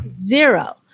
Zero